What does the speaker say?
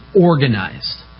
organized